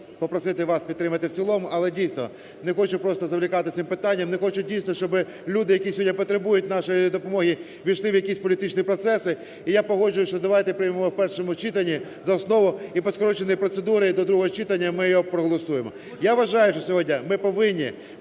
попросити вас підтримати в цілому. Але, дійсно, не хочу зволікати з цим питанням, не хочу, дійсно, щоби люди, які сьогодні потребують нашої допомоги, ввійшли в якісь політичні процеси, і я погоджуюся, що давайте приймемо в першому читанні за основу, і по скороченій процедурі і до другого читання ми його проголосуємо. Я вважаю, що сьогодні ми повинні